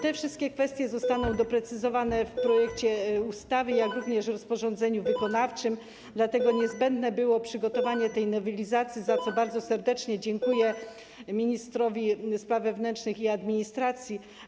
Te wszystkie kwestie zostaną doprecyzowane w projekcie ustawy, jak również w rozporządzeniu wykonawczym, dlatego niezbędne było przygotowanie tej nowelizacji, za co bardzo serdecznie dziękuję ministrowi spraw wewnętrznych i administracji.